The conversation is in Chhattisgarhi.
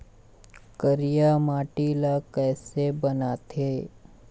करिया माटी ला किसे बनाथे?